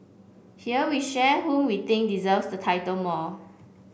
here we share whom we think deserves the title more